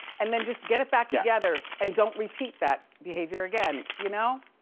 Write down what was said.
and then just get it back together, and don't repeat that behavior again, you know?